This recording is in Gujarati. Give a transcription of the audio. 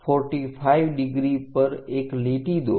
45° પર એક લીટી દોરો